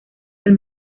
del